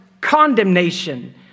condemnation